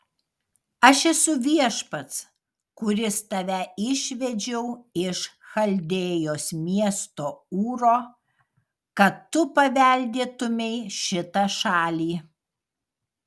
aš esu viešpats kuris tave išvedžiau iš chaldėjos miesto ūro kad tu paveldėtumei šitą šalį